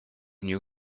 new